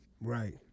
Right